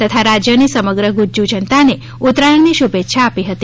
તથા રાજ્યની સમગ્ર ગુજુજુ જનતા ને ઉતરાયણની શુભેચ્છા આપી હતી